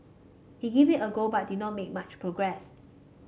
he gave it a go but did not make much progress